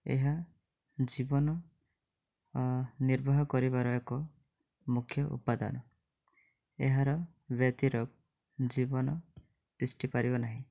ଏହା ଜୀବନ ନିର୍ବାହ କରିବାର ଏକ ମୁଖ୍ୟ ଉପାଦାନ ଏହାର ବ୍ୟତିରେକ ଜୀବନ ତିଷ୍ଠି ପାରିବ ନାହିଁ